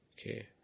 Okay